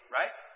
right